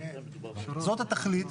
זאת התכלית.